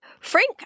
Frank